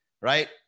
right